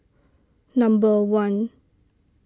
number one